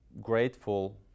grateful